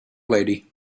lady